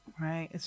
Right